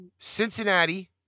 Cincinnati